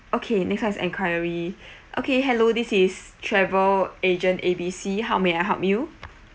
okay next one is enquiry okay hello this is travel agent A B C how may I help you